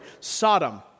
Sodom